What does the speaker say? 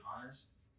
honest